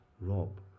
Rob